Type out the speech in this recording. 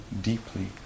deeply